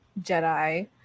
Jedi